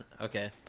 okay